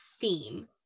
theme